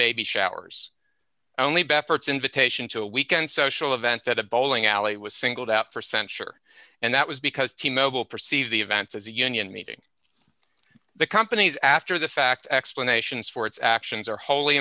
baby showers only baffert invitation to a weekend social event at a bowling alley was singled out for censure and that was because t mobile perceive the events as a union meeting the company's after the fact explanations for its actions are whol